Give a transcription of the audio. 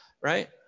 right